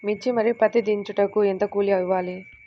మిర్చి మరియు పత్తి దించుటకు ఎంత కూలి ఇవ్వాలి?